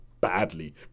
badly